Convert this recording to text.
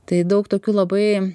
tai daug tokių labai